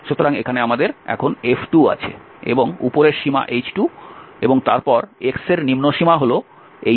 সুতরাং এখানে আমাদের এখন F2আছে এবং উপরের সীমা h2 এবং তারপর x এর নিম্ন সীমা হল h1